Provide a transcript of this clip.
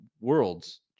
worlds